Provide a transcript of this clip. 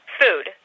food